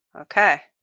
okay